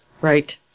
right